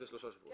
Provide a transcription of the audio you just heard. זה שלושה שבועות.